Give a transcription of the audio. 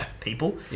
people